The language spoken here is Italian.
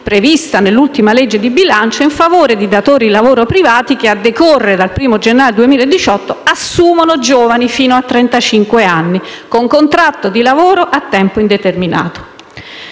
prevista nell'ultima legge di bilancio, in favore dei datori di lavoro privati che, a decorrere dal 1° gennaio 2018, assumono giovani fino a 35 anni con contratto di lavoro a tempo indeterminato.